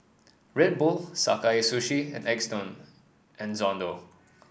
Red Bull Sakae Sushi and X done